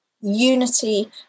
unity